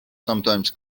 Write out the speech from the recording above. sometimes